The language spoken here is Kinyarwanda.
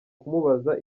kumubaza